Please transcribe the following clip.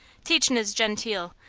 teachin' is genteel.